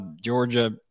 Georgia